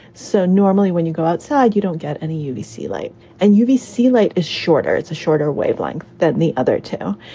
so normally when you go outside, you don't get any you you see light and you b, c light is shorter. it's a shorter wavelength than the other two.